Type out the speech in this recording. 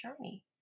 journey